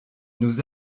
nous